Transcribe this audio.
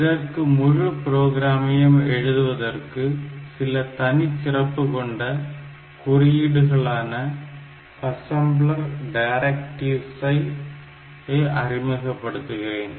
இதற்கு முழு புரோகிராமையும் எழுதுவதற்கு சில தனிச்சிறப்பு கொண்ட குறியீடுகளாக அசம்ளர் டைரக்ட்டிவ்ஸ ஐ அறிமுகப்படுத்துகிறேன்